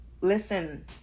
Listen